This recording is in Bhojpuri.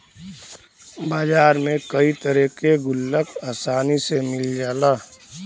बाजार में कई तरे के गुल्लक आसानी से मिल जाला